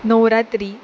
Navratri